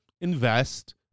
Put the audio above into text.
invest